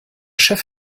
chef